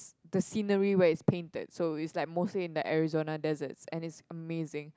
the scenery where it's painted so it's like mostly in the Arizona deserts and it's amazing